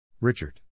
Richard